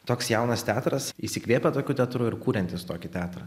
toks jaunas teatras įsikvėpę tokiu teatru ir kuriantys tokį teatrą